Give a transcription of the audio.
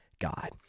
God